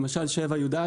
למשל 7(יא),